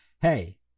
Hey